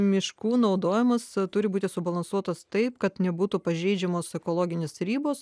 miškų naudojimas turi būti subalansuotas taip kad nebūtų pažeidžiamos ekologinės ribos